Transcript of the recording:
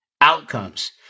outcomes